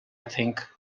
think